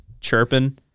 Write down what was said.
chirping